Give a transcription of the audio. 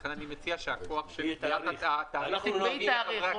לכן אני מציע שהכוח --- הוא אומר שתקבעי תאריך.